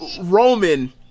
Roman